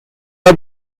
pas